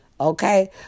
okay